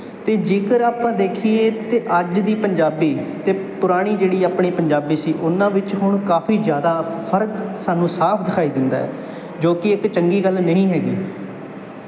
ਅਤੇ ਜੇਕਰ ਆਪਾਂ ਦੇਖੀਏ ਤਾਂ ਅੱਜ ਦੀ ਪੰਜਾਬੀ ਅਤੇ ਪੁਰਾਣੀ ਜਿਹੜੀ ਆਪਣੀ ਪੰਜਾਬੀ ਸੀ ਉਹਨਾਂ ਵਿੱਚ ਹੁਣ ਕਾਫੀ ਜ਼ਿਆਦਾ ਫਰਕ ਸਾਨੂੰ ਸਾਫ ਦਿਖਾਈ ਦਿੰਦਾ ਜੋ ਕਿ ਇੱਕ ਚੰਗੀ ਗੱਲ ਨਹੀਂ ਹੈਗੀ